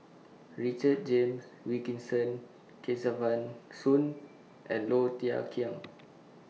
Richard James Wilkinson Kesavan Soon and Low Thia Khiang